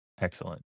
Excellent